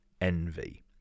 envy